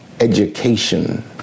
education